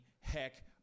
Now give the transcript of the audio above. heck